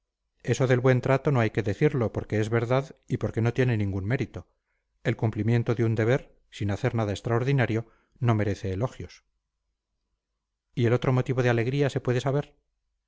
eso del buen trato no hay que decirlo porque es verdad y porque no tiene ningún mérito el cumplimiento de un deber sin hacer nada extraordinario no merece elogios y el otro motivo de alegría se puede saber